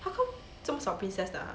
how come 这么少 princess 的 ah